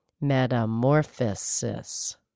metamorphosis